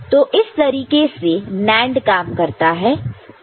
तो इस तरीके से NAND काम करता है